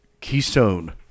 Keystone